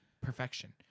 perfection